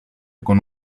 con